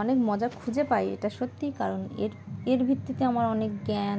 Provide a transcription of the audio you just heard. অনেক মজা খুঁজে পাই এটা সত্যিই কারণ এর এর ভিত্তিতে আমার অনেক জ্ঞান